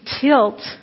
tilt